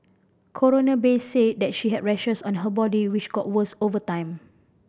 Coroner Bay said that she had rashes on her body which got worse over time